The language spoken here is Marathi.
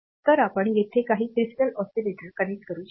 तर आपण येथे काही क्रिस्टल ऑसीलेटर कनेक्ट करू शकता